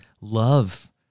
love